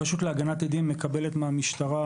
הרשות להגנת עדים מקבלת מהמשטרה,